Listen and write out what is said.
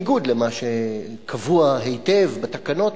בניגוד למה שקבוע היטב בתקנות,